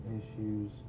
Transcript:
issues